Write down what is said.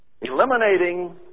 eliminating